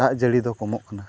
ᱫᱟᱜ ᱡᱟᱹᱲᱤ ᱫᱚ ᱠᱚᱢᱚᱜ ᱠᱟᱱᱟ